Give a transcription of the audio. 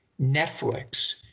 Netflix